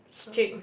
strict